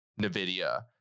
nvidia